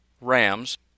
Rams